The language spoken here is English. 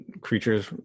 creature's